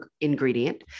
ingredient